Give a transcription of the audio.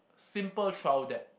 simple trial deck